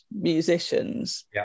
musicians